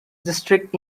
district